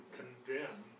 condemn